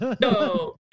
No